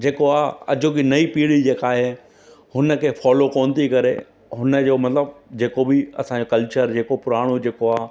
जेको आहे अॼोकी नईं पीढ़ी जेका आहे हुन खे फॉलो कोन थी करे हुन जो मतिलबु जेको बि असांजो कल्चर जेको पुराणो जेको आहे